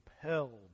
compelled